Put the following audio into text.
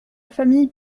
famille